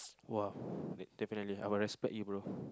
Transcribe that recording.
!wow! definitely I will respect you bro